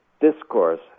discourse